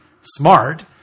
smart